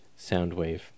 Soundwave